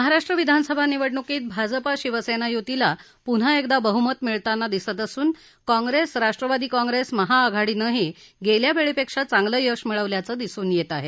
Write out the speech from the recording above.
महाराष्ट्र विधानसभा निवडणुकीत भाजपा शिवसेना युतीला पुन्हा एकदा बहुमत मिळताना दिसत असून काँग्रेस राष्ट्रवादी काँग्रेस महाआघाडीनंही गेल्या वेळेपेक्षा चांगलं यश मिळवल्याचं दिसून येत आहे